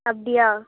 அப்படியா